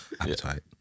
appetite